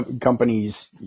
companies